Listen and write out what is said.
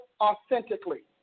authentically